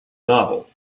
novel